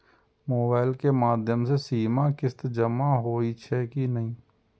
Mobile के माध्यम से सीमा किस्त जमा होई छै कि नहिं?